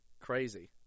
Crazy